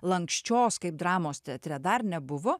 lanksčios kaip dramos teatre dar nebuvo